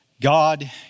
God